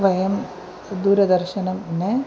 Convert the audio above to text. वयं दूरदर्शनं न